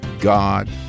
God